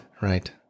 Right